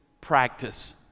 practice